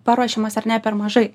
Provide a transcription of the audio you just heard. paruošiamas ar ne per mažai